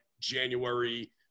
january